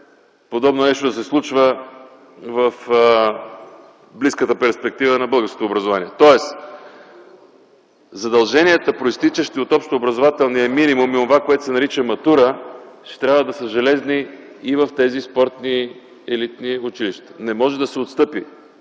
подобно нещо в близката перспектива на българското образование. Тоест задълженията, произтичащи от общообразователният минимум и онова, което се нарича матура, ще трябва да са железни и в тези спортни елитни училища. Не може да се отстъпи